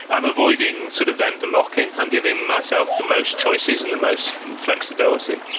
i'm avoiding sort of vendor lock in. i'm giving myself the most choices and the most flexibility.